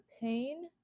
pain